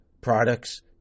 products